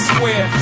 Square